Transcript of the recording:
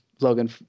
Logan